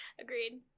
Agreed